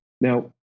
Now